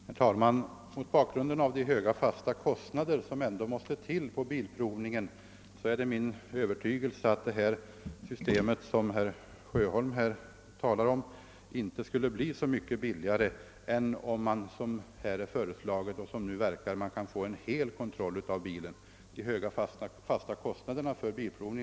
Herr talman! Mot bakgrunden av de höga fasta kostnader som Svensk bilprovning har är det min övertygelse att det system, som herr Sjöholm förespråkar, för kunden inte skulle bli mycket billigare än det nu tillämpade, som innefattar en fullständig kontroll av bilen.